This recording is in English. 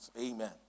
Amen